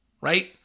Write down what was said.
Right